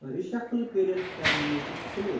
reshuffle کٔرِتھ کر music پٕلے